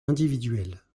individuel